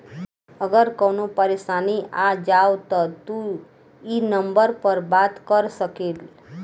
अगर कवनो परेशानी आ जाव त तू ई नम्बर पर बात कर सकेल